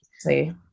See